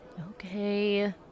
Okay